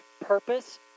purpose